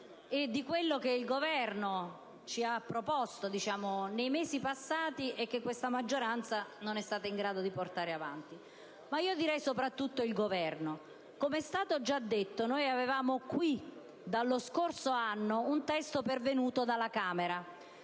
e di quello che il Governo ci ha proposto nei mesi passati e che questa maggioranza non è stata in grado di portare avanti. Ma io direi soprattutto il Governo: com'è stato già detto, noi avevamo qui in Senato, dallo scorso anno, un testo pervenuto dalla Camera